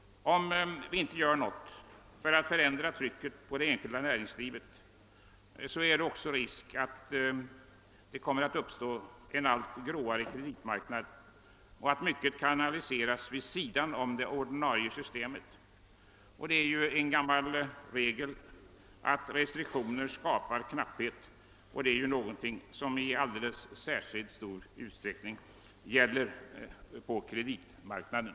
Om vi inte gör något för att förändra trycket på det enskilda näringslivet, så är det risk för att det uppstår en allt gråare kreditmarknad och att mycket kanaliseras vid sidan om det ordinarie systemet. Det är ju en gammal regel att restriktioner skapar knapphet, och den regeln gäller i särskilt hög grad på kreditmarknaden.